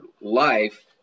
life